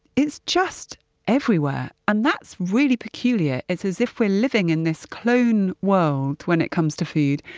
it's just everywhere. and that's really peculiar. it's as if we're living in this clone world when it comes to food,